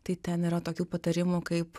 tai ten yra tokių patarimų kaip